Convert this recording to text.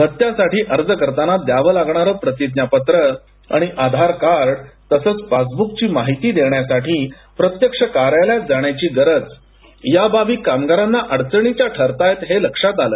भत्त्यासाठी अर्ज करताना द्यावं लागणारं प्रतिज्ञापत्र आणि आधारकार्ड तसंच पासब्कची माहिती देण्यासाठी प्रत्यक्ष कार्यालयात जाण्याची गरज या बाबी कामगारांना अडचणीच्या ठरताहेत हे लक्षात आलं